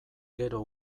gero